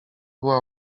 była